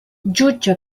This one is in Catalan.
jutge